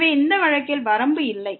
எனவே இந்த வழக்கில் வரம்பு இல்லை